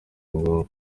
ngombwa